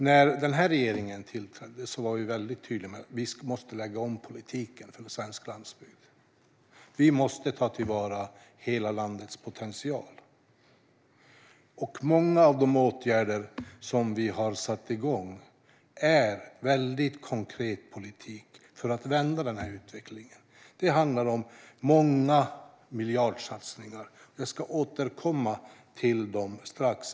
När denna regering tillträdde var vi tydliga med att politiken för svensk landsbygd måste läggas om. Vi måste ta till vara hela landets potential. Många av de åtgärder vi har satt igång är konkret politik för att vända denna utveckling. Det handlar om många miljardsatsningar, och jag ska återkomma till dessa.